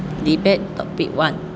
debate topic one